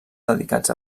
dedicats